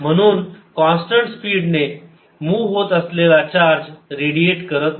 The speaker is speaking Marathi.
म्हणून कॉन्स्टंट स्पीडने मूव्ह होत असलेला चार्ज रेडिएट करत नाही